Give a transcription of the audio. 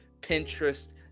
Pinterest